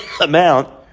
amount